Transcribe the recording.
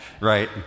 Right